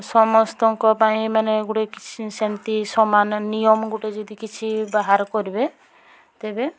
ସମସ୍ତଙ୍କ ପାଇଁ ମାନେ ଗୋଟେ କିସି ସେମତି ସମାନ ନିୟମ ଗୋଟେ ଯଦି କିଛି ବାହାର କରିବେ ତେବେ